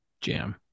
jam